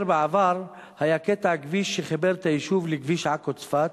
בעבר היה קטע כביש שחיבר את היישוב לכביש עכו צפת,